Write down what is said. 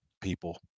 people